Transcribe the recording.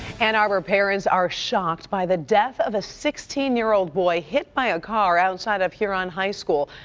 ann arbor parents are shocked by the death of a sixteen year old boy hit by a car outside of huron high school.